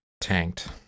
tanked